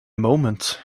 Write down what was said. moment